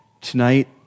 Tonight